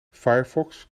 firefox